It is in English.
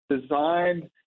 designed